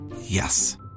Yes